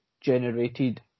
generated